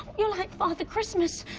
you're like father christmas!